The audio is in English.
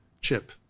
CHIP